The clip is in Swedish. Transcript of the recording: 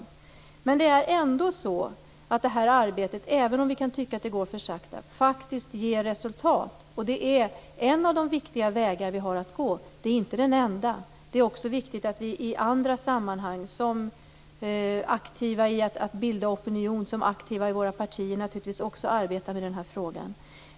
Även om vi kan tycka att arbetet går för sakta ger det faktiskt resultat. Det är en av de viktiga vägar vi har att gå. Det är inte den enda. Det är också viktigt att vi i andra sammanhang - som aktiva i att bilda opinion, som aktiva i våra partier - arbetar med den här frågan.